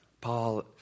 Paul